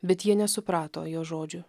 bet jie nesuprato jo žodžių